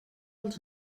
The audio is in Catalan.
als